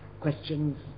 questions